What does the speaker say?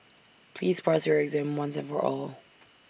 please pass your exam once and for all